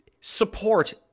support